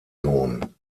sohn